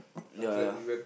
ya